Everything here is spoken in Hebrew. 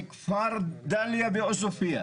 כפר דליה ועוספיה,